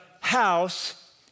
house